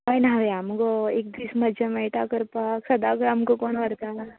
हय न्हावया मगो एक दीस मजा मेळटा करपाक सद्दां खंय आमकां कोण वरता